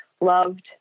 loved